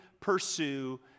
pursue